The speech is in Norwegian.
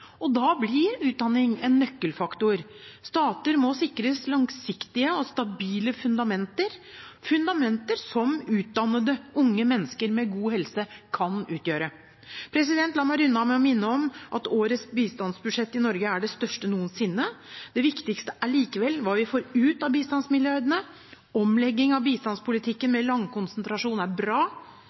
og da blir utdanning en nøkkelfaktor. Stater må sikres langsiktige og stabile fundamenter, fundamenter som utdannede unge mennesker med god helse kan utgjøre. La meg runde av med å minne om at årets bistandsbudsjett i Norge er det største noensinne. Det viktigste er likevel hva vi får ut av bistandsmilliardene. Omleggingen av bistandspolitikken med landkonsentrasjon er bra.